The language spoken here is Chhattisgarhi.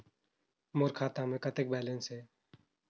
मोर खाता मे कतेक बैलेंस हे?